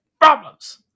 problems